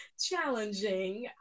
challenging